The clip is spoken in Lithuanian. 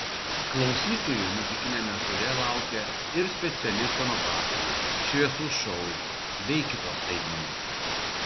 klausytojų muzikiniame ture laukia ir speciali scenografija šviesų šou bei kitos staigmenos